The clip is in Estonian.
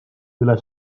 üle